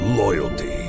loyalty